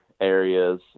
areas